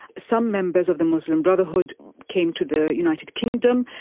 some members of the muslim brotherhood came to the united kingdom,